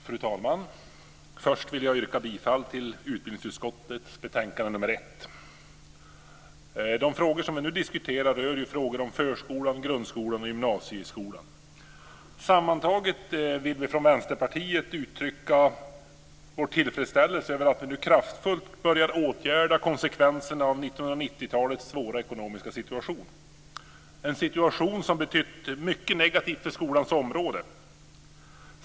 Fru talman! Först vill jag yrka bifall till hemställan i utbildningsutskottets betänkande nr 1. De frågor som vi nu diskuterar rör förskolan, grundskolan och gymnasieskolan. Sammantaget vill vi från Vänsterpartiet uttrycka vår tillfredsställelse över att vi nu kraftfullt börjar åtgärda konsekvenserna av 1990-talets svåra ekonomiska situation, en situation som har betytt mycket negativt för skolans område.